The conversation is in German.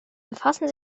befassen